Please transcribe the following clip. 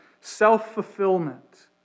self-fulfillment